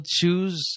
choose